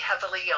heavily